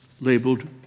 labeled